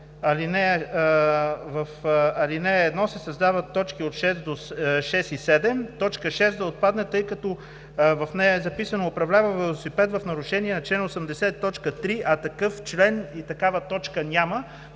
ал. 1 се създават точки 6 и 7, т. 6 да отпадне, тъй като в нея е записано „управлява велосипед в нарушение на чл. 80, т. 3“, а такъв член и такава точка няма.